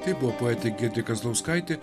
tai buvo poetė giedrė kazlauskaitė